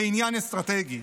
זה עניין אסטרטגי.